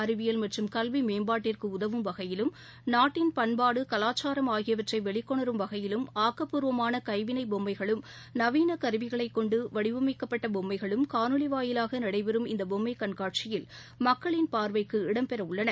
அறிவியல் மற்றும் கல்வி மேம்பாட்டிற்கு உதவும் வகையிலும் நாட்டின் பண்பாடு கலாச்சாரம் ஆகியவற்றை வெளிக்கொணரும் வகையிலும் ஆக்கப்பூர்வமான கைவிளை பொம்மைகளும் நவீன கருவிகளைக் கொண்டு வடிவமைக்கப்பட்ட பொம்மைகளும் காணொலி வாயிலாக நடைபெறம் இந்த பொம்மை கண்காட்சியில் மக்களின் பார்வைக்கு இடம் பெற உள்ளன